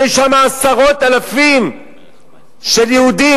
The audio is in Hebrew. שיש שם עשרות אלפים של יהודים,